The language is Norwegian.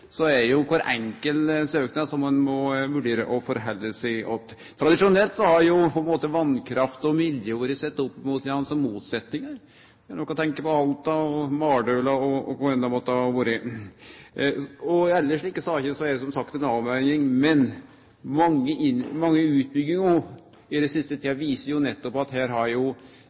ein vurdere og halde seg til kvar enkelt søknad. Tradisjonelt har jo vasskraft og miljø vore sette opp mot kvarandre som motsetningar. Det er nok å tenkje på Alta og Mardøla, og kvar det enn måtte vere. I alle slike saker er det som sagt ei avveging. Men mange utbyggingar i den siste tida viser jo nettopp at teknologien og måten å byggje vasskraft på har